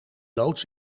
loods